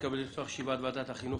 אני מתכבד לפתוח את ישיבת ועדת החינוך,